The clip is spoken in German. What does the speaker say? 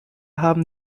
haben